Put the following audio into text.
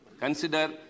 Consider